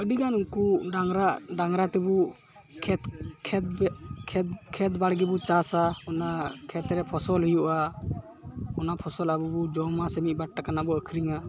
ᱟᱹᱰᱤᱜᱟᱱ ᱩᱱᱠᱚ ᱰᱟᱝᱜᱽᱨᱟ ᱰᱟᱝᱜᱽᱨᱟ ᱛᱮᱵᱚ ᱩᱱᱠᱚ ᱠᱷᱮᱛ ᱠᱷᱮᱛ ᱠᱷᱮᱛ ᱵᱟᱲᱜᱮᱵᱚ ᱪᱟᱥᱟ ᱚᱱᱟ ᱠᱷᱮᱛᱨᱮ ᱯᱷᱚᱥᱚᱞ ᱦᱩᱭᱩᱜᱼᱟ ᱚᱱᱟ ᱯᱷᱚᱥᱚᱞ ᱟᱵᱚᱵᱚ ᱡᱚᱢᱟ ᱥᱮ ᱢᱤᱫᱵᱟᱨ ᱴᱟᱠᱟ ᱨᱮᱱᱟᱜ ᱵᱚᱱ ᱟᱹᱠᱷᱨᱤᱧᱟ